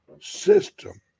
system